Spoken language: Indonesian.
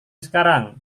sekarang